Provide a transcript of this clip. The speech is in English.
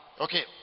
Okay